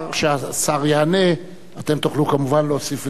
אחרי שהשר יענה אתם תוכלו כמובן להוסיף ולשאול.